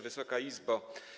Wysoka Izbo!